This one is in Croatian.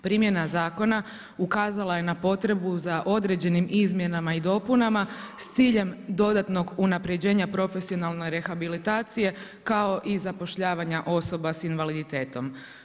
Primjena zakona, ukazala je na potrebu za određenim izmjenama i dopunama, s ciljem dodatnog unaprijeđena profesionalne rehabilitacije, kao i zapošljavanja osoba s invaliditetom.